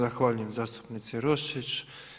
Zahvaljujem zastupnici Roščić.